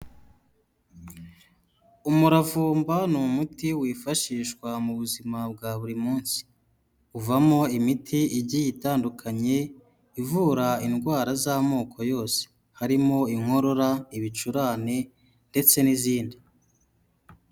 Umuravumba ni umuti wifashishwa mu buzima bwa buri munsi, uvamo imiti igiye itandukanye ivura indwara z'amoko yose, harimo inkorora, ibicurane ndetse n'izindi.